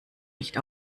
nicht